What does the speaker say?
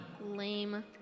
Lame